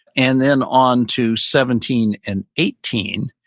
and then onto seventeen and eighteen,